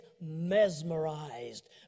mesmerized